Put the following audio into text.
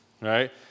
right